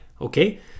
okay